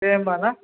दे होनबा ना